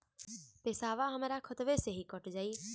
पेसावा हमरा खतवे से ही कट जाई?